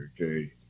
okay